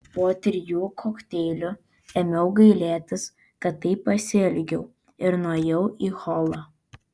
po trijų kokteilių ėmiau gailėtis kad taip pasielgiau ir nuėjau į holą